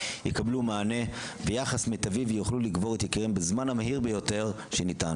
יקבלו מענה ויחס מיטבי ויוכלו לקבור את יקיריהם בזמן המהיר ביותר שניתן.